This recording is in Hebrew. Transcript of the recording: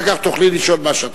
אחר כך תוכלי לשאול מה שאת רוצה.